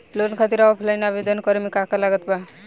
Loan खातिर offline आवेदन करे म का का लागत बा?